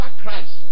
Christ